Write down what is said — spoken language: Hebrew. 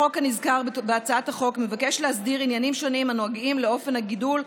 החוק הנזכר בהצעת החוק מבקש להסדיר עניינים שונים הנוגעים לאופן הגידול,